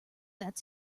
that